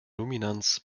luminanz